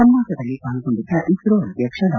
ಸಂವಾದದಲ್ಲಿ ಪಾಲ್ಗೊಂಡಿದ್ದ ಇಸೋ ಅಧ್ಯಕ್ಷ ಡಾ